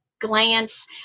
glance